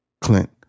Clint